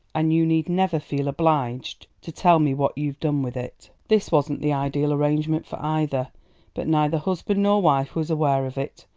and you need never feel obliged to tell me what you've done with it. this wasn't the ideal arrangement for either but neither husband nor wife was aware of it,